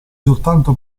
soltanto